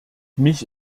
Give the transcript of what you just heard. mich